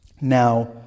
Now